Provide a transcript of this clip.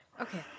Okay